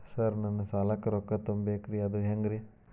Sir ನನ್ನ ಸಾಲಕ್ಕ ರೊಕ್ಕ ತುಂಬೇಕ್ರಿ ಅದು ಹೆಂಗ್ರಿ?